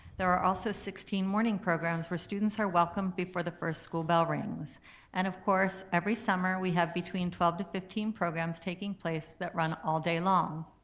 there are also sixteen morning programs where students are welcome before the first school bell rings and of course, every summer we have between twelve to fifteen programs taking place that run all day long.